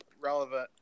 relevant